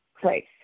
place